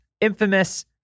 infamous